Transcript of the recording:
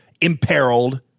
imperiled